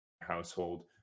household